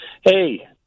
Hey